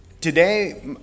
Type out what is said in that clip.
today